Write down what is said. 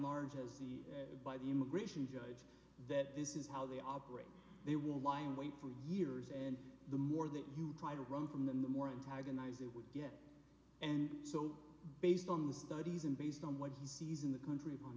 large as the by the immigration judge that this is how they operate they will lie in wait for years and the more that you try to run from them the more entire denies it would get and so based on the studies and based on what he sees in the country pon